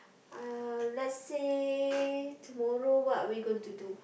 uh let's say tomorrow what are we going to do